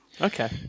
Okay